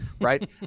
right